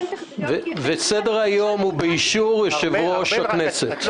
וסדר היום הוא באישור יושב-ראש הכנסת.